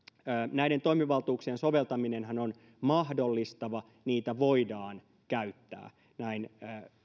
näiden toimivaltuuksien soveltaminenhan on mahdollistava niitä voidaan käyttää näin